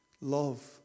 Love